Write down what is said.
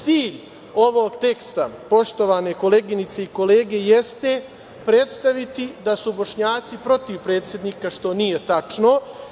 Cilj ovog teksta, poštovane koleginice i kolege, jeste predstaviti da su Bošnjaci protiv predsednika, što nije tačno.